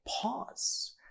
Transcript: Pause